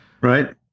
Right